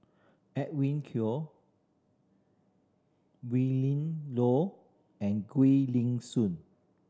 Edwin Koek Willin Low and Gwee Li Sui